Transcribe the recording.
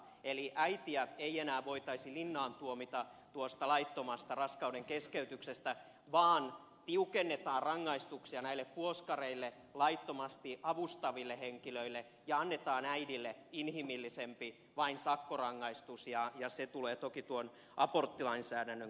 eli äitiä ei enää voitaisi linnaan tuomita tuosta laittomasta raskauden keskeytyksestä vaan tiukennetaan rangaistuksia näille puoskareille laittomasti avustaville henkilöille ja annetaan äidille inhimillisempi vain sakkorangaistus ja se tulee toki tuon aborttilainsäädännön kautta